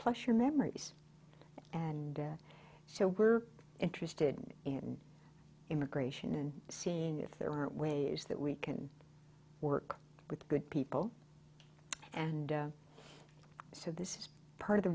plus your memories and so we're interested in immigration and seeing if there are ways that we can work with good people and so this is part of the